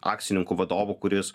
akcininku vadovu kuris